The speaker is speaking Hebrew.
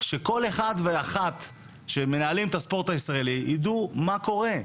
שכל אחד ואחת שמנהלים את הספורט הישראלי יידעו מה קורה,